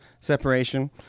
separation